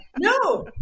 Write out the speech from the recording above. no